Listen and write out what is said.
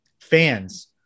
fans